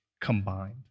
combined